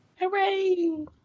hooray